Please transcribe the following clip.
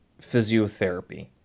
physiotherapy